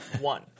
One